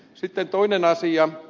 sitten toinen asia